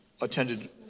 attended